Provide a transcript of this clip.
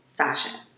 fashion